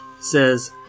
says